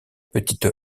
petite